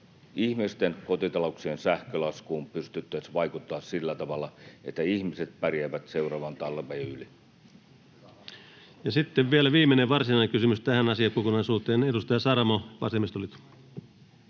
ihmisten, kotitalouksien, sähkölaskuihin pystyttäisiin vaikuttamaan sillä tavalla, että ihmiset pärjäävät seuraavan talven yli. Vielä viimeinen varsinainen kysymys tähän asiakokonaisuuteen. Edustaja Saramo, vasemmistoliitto.